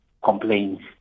Complaints